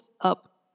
up